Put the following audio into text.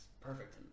perfect